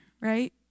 right